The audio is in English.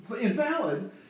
invalid